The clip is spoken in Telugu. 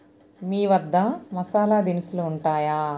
మీవద్ద మసాలా దినుసులు ఉంటాయా